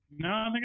no